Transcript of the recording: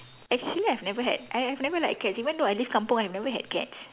actually I've never had I I've never liked cats even though I lived kampung I never had cats